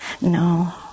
no